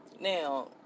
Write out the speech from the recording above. Now